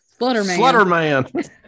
Slutterman